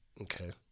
Okay